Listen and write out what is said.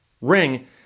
ring